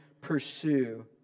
pursue